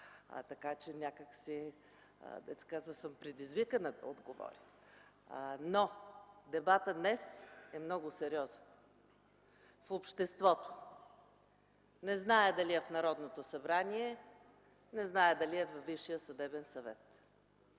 така че някак си съм предизвикана да отговоря. Дебатът днес е много сериозен в обществото! Не зная дали е в Народното събрание, не зная дали е във Висшия съдебен съвет.